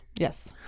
yes